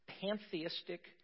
pantheistic